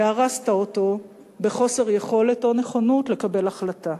והרסת אותו בחוסר יכולת או נכונות לקבל החלטה.